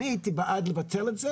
אני הייתי בעד לבטל את זה